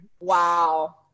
Wow